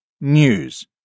news